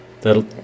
That'll